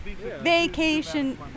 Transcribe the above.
Vacation